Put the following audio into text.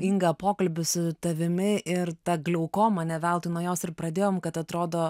inga pokalbį su tavimi ir ta glaukoma ne veltui nuo jos ir pradėjom kad atrodo